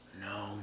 No